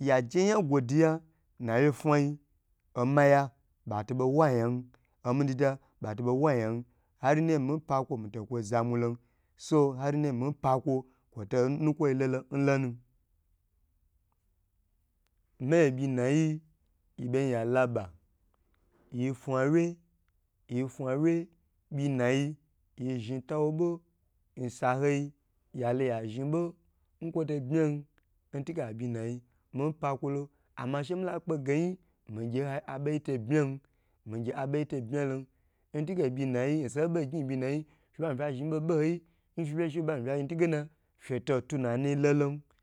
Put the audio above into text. yaje yi yan gwo diya nawye fayi omiya boto wayan omidida batobo wayan har naye mi pa kwo mito kwo zamulun so ar nayi mi pako kwo to nukwoyi lo n lonu mo byi nai yiben yalaba yi fawye yifa wye byi nayi yi zhi tawo bo nsa hoi yalo ya zhibo nkwoto bma ntige abyi nayi mo pakwolo shemila kpegeyin. mi gye hayi aboyi to bma mi gye aboyi to bmalon ntige n byinayi osanu ho bo gyn nbyinayi fu bami fa zhn boboyi